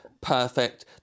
perfect